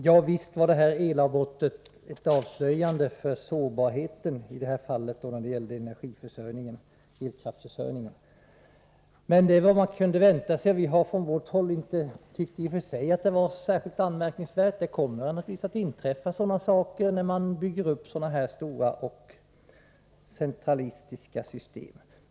Herr talman! Visst var elavbrottet ett avslöjande när det gäller sårbarheten i elkraftsförsörjningen. Men det är vad man kunde vänta sig. Vi har från vårt håll inte tyckt att det i och för sig var särskilt anmärkningsvärt. Det kommer naturligtvis att inträffa sådana saker när man bygger upp så stora och centralistiska system.